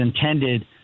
intended